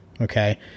okay